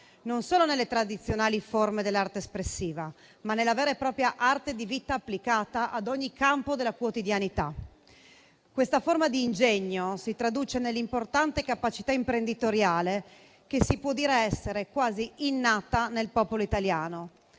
non solo nelle tradizionali forme dell'arte espressiva, ma nella vera e propria arte di vita applicata ad ogni campo della quotidianità. Questa forma di ingegno si traduce nell'importante capacità imprenditoriale che si può dire essere quasi innata nel popolo italiano;